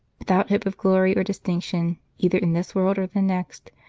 without hope of glory or distinction either in this world or the next,